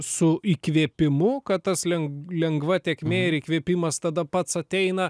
su įkvėpimu kad tas lengva tėkmė ir įkvėpimas tada pats ateina